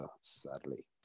sadly